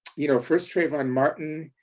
you know first trayvon martin,